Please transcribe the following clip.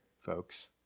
folks